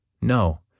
No